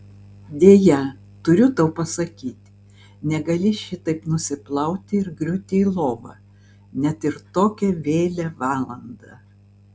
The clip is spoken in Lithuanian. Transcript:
deja turiu tau pasakyti negali šitaip nusiplauti ir griūti į lovą net ir tokią vėlią valandą